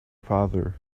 father